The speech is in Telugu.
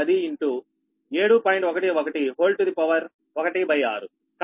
11 6 10 7